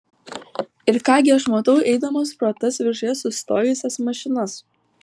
ir ką gi aš matau eidamas pro tas viršuje sustojusias mašinas